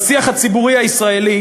בשיח הציבורי הישראלי?